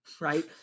right